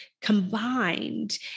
combined